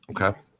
Okay